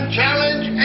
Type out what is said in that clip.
challenge